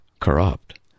corrupt